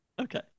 Okay